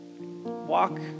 walk